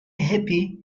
happy